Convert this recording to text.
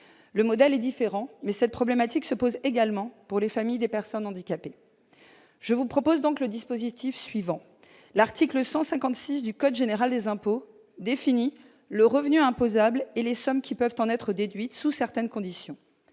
Le modèle est différent, mais ce problème se pose également pour les familles des personnes handicapées. Je vous propose donc que l'article 156 du code général des impôts définisse le revenu imposable et les sommes qui peuvent en être déduites sous certaines conditions.